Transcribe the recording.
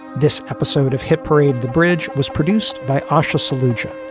this episode of hit parade. the bridge was produced by usher solution.